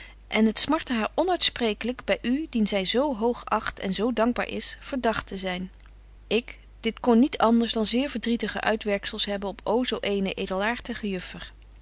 en het smartte haar onuitsprekelyk by u dien zy zo hoog acht en zo dankbaar is verdagt te zyn ik dit kon niet anders dan zeer verdrietige uitwerkzels hebben op zo eene edelaartige juffer